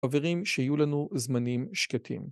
חברים שיהיו לנו זמנים שקטים.